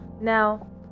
now